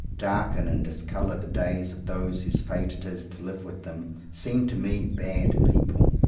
darken and discolour the days of those whose fate it is to live with them, seem to me bad peo ple.